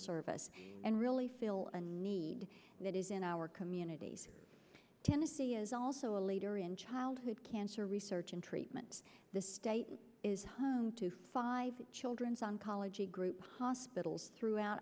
service and really feel a need that is in our communities tennessee is also a leader in childhood cancer research and treatment the state is home to five children's oncology group hospitals throughout